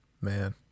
man